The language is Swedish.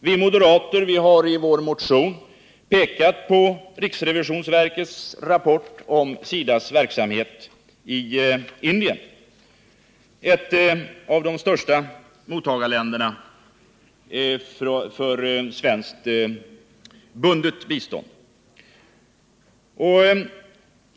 Vi moderater har i vår motion pekat på riksrevisionsverkeis rapport om SIDA:s verksamhet i Indien —-ett av de största mottagarländerna när det gäller svenskt bundet bistånd.